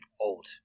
old